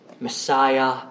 Messiah